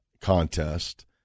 contest